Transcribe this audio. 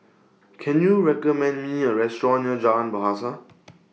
Can YOU recommend Me A Restaurant near Jalan Bahasa